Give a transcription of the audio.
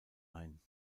ein